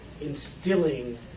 instilling